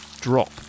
drop